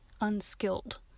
unskilled